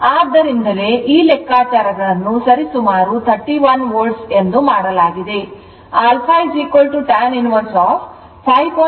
ಆದ್ದರಿಂದಲೇ ಈ ಲೆಕ್ಕಾಚಾರಗಳನ್ನು ಸರಿಸುಮಾರು 31 volt ಎಂದು ಮಾಡಲಾಗಿದೆ alpha tan inverse 5